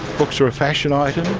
books are a fashion item,